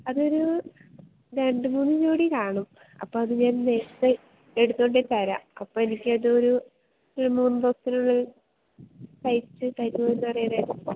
അതൊരു രണ്ട് മൂന്ന് ജോഡി കാണും അപ്പം അതു ഞാൻ നേരത്തെ എടുത്തു കൊണ്ടു പോയി തരാം അപ്പം എനിക്കതൊരു ഈ മൂന്ന് ദിവസത്തിനുള്ളിൽ തയ്ച്ചു തരുമോയെന്നറിയാനായിട്ട്